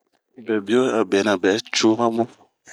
Be bio a benɛbɛ cuu ma bunh.